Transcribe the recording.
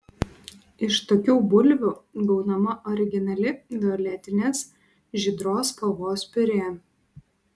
iš tokių bulvių gaunama originali violetinės žydros spalvos piurė